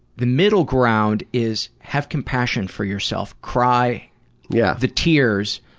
the middle ground is have compassion for yourself. cry yeah the tears,